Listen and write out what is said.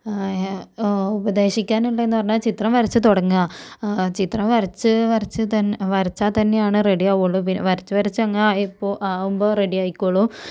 ഉപദേശിക്കാനുള്ളതെന്ന് പറഞ്ഞാൽ ചിത്രം വരച്ച് തുടങ്ങുക ചിത്രം വരച്ച് വരച്ച് തന്നെ വരച്ചാൽ തന്നെയാണ് റെഡി ആവുകയുള്ളു പിന്നെ വരച്ച് വരച്ച് അങ്ങ് ആയിപ്പോ ആകുമ്പോൾ റെഡി ആയിക്കോള്ളും